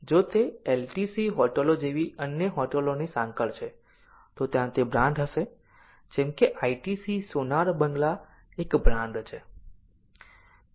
જો તે આઇટીસી હોટલો જેવી અન્ય હોટલોની સાંકળ છે તો ત્યાં તે બ્રાન્ડ હશે જેમ કે આઇટીસી સોનાર બંગલા એક બ્રાન્ડ છે